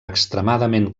extremadament